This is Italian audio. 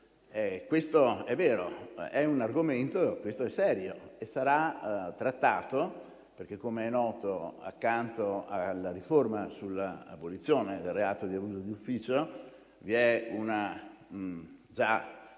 Questo è vero, è un argomento serio e sarà trattato, perché - com'è noto - accanto alla riforma sull'abolizione del reato di abuso di ufficio, è già iniziata